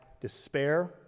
despair